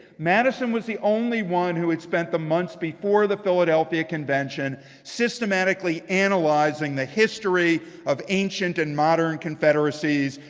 madison was the only one who had spent the months before the philadelphia convention systematically analyzing the history of ancient and modern confederacies,